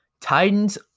Titans